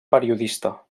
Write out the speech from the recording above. periodista